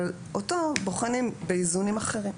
אבל אותו בוחנים באיזונים אחרים,